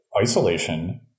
isolation